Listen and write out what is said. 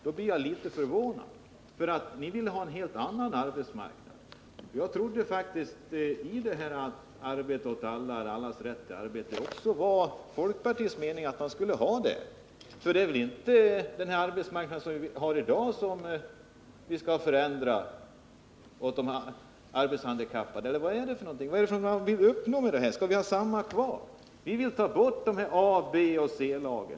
Då blir jag litet förvånad över att ni vill ha en helt annan arbetsmarknad. Jag trodde faktiskt att det också var folkpartiets mening att man skulle ha arbete åt alla — allas rätt till arbete. Det är väl inte den arbetsmarknad som vi har i dag som vi skall förändra för de arbetshandikappade? Vad är det man vill uppnå? Skall vi har kvar samma arbetsmarknad? Vi vill ta bort A-, B och C-lagen.